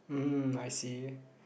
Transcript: mm I see